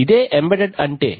ఇదే ఎంబెడెడ్ అంటే